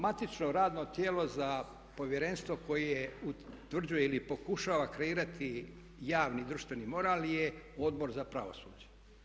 Matično radno tijelo za Povjerenstvo koje utvrđuje ili pokušava kreirati javni društveni moral je Odbor za pravosuđe.